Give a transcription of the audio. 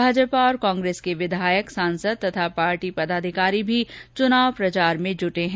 भाजपा और कांप्रेस के विधायक सांसद तथा पार्टी पदाधिकारी भी चुनाव प्रचार में जुटे हैं